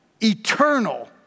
Eternal